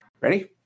Ready